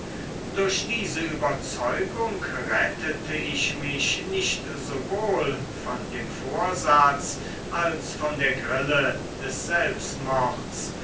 durch diese überzeugung rettete ich mich nicht sowohl von dem vorsatz als von der grille des